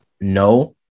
no